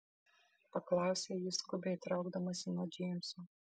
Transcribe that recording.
paklausė ji skubiai traukdamasi nuo džeimso